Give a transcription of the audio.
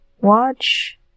Watch